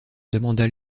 demanda